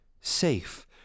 Safe